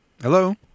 Hello